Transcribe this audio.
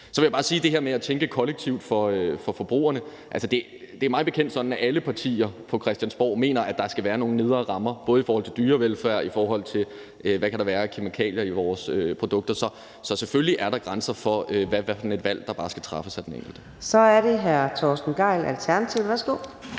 Så vil jeg bare til det her med at tænke kollektivt for forbrugerne sige, at det mig bekendt er sådan, at alle partier på Christiansborg mener, at der skal være nogle nedre rammer, både i forhold til dyrevelfærd og i forhold til hvad der kan være af kemikalier i vores produkter. Så selvfølgelig er der grænser for, hvilke valg der bare skal træffes af den enkelte. Kl. 15:02 Fjerde næstformand